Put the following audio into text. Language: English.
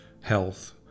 health